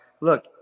Look